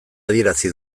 adierazi